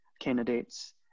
candidates